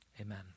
Amen